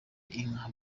inka